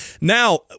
Now